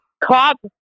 cops